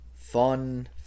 Fun